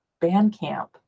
Bandcamp